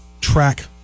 track